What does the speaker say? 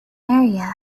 area